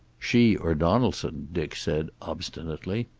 she or donaldson, dick said obstinately.